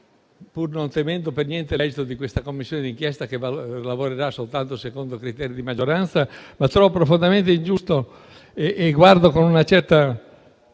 pur non temendo per niente l'esito di questa Commissione d'inchiesta che lavorerà soltanto secondo criteri di maggioranza. Lo trovo comunque profondamente ingiusto e guardo con un certo